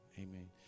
amen